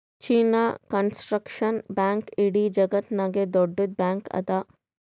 China construction bank ಇಡೀ ಜಗತ್ತನಾಗೆ ದೊಡ್ಡುದ್ ಬ್ಯಾಂಕ್ ಅದಾ